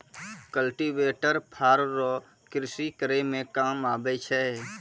cultivator फार रो कृषि करै मे काम आबै छै